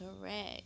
correct